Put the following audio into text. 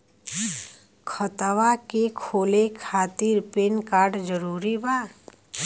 खतवा के खोले खातिर पेन कार्ड जरूरी बा?